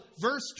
verse